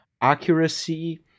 accuracy